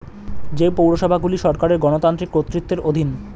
যে পৌরসভাগুলি সরকারের গণতান্ত্রিক কর্তৃত্বের অধীন